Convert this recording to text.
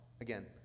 Again